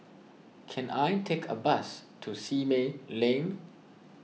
can I take a bus to Simei Lane